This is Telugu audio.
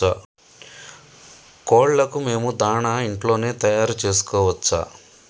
కోళ్లకు మేము దాణా ఇంట్లోనే తయారు చేసుకోవచ్చా?